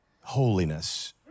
holiness